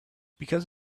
because